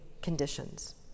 conditions